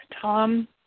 Tom